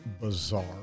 bizarre